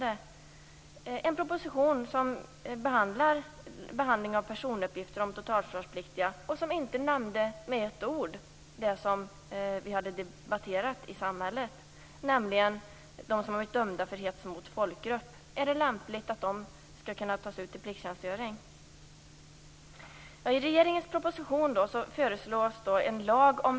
Det var en proposition som berörde behandlingen av personuppgifter om totalförsvarspliktiga och som inte med ett ord nämnde det vi hade debatterat i samhället, nämligen de som varit dömda för hets mot folkgrupp. Är det lämpligt att de skall kunna tas ut till plikttjänstgöring?